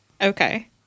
Okay